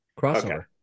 Crossover